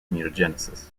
mutagenesis